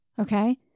Okay